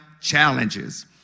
challenges